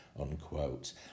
unquote